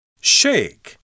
Shake